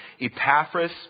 Epaphras